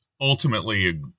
ultimately